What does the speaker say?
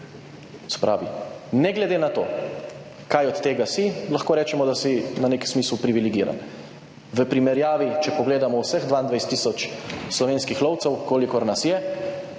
pravi, ne glede na to, kaj od tega si, lahko rečemo, da si na nek smisel privilegiran, v primerjavi, če pogledamo vseh 22 tisoč slovenskih lovcev, kolikor nas je,